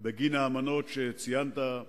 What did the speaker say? בגין האמנות שציינת,